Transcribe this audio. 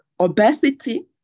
Obesity